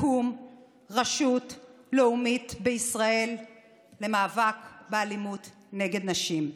תקום רשות לאומית בישראל למאבק באלימות נגד נשים.